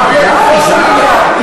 מה אתה עושה פה חשבונות?